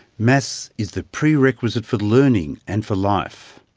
maths is the pre-requisite for learning, and for life.